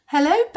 Hello